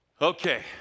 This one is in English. Okay